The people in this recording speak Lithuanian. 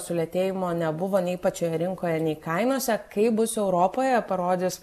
sulėtėjimo nebuvo nei pačioje rinkoje nei kainose kaip bus europoje parodys